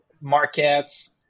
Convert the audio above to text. markets